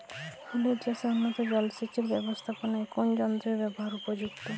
ফুলের চাষে উন্নত জলসেচ এর ব্যাবস্থাপনায় কোন যন্ত্রের ব্যবহার উপযুক্ত?